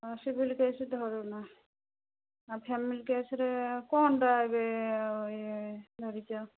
ଆମେ civil case ଧରୁନା family କେସ୍ରେ କ'ଣଟା ଏବେ ଧରିଛ